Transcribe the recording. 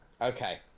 Okay